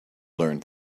learned